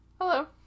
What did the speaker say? Hello